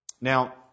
Now